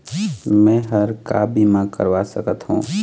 मैं हर का बीमा करवा सकत हो?